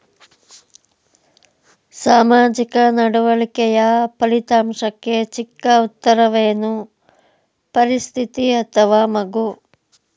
ಸಾಮಾಜಿಕ ನಡವಳಿಕೆಯ ಫಲಿತಾಂಶಕ್ಕೆ ಚಿಕ್ಕ ಉತ್ತರವೇನು? ಪರಿಸ್ಥಿತಿ ಅಥವಾ ಮಗು?